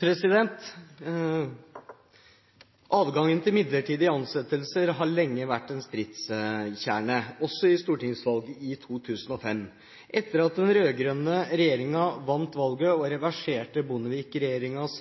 positivt. Adgangen til midlertidige ansettelser har lenge vært en stridens kjerne, også i forbindelse med stortingsvalget i 2005. Etter at den rød-grønne regjeringen vant valget og reverserte Bondevik-regjeringens